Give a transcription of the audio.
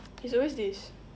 it's always this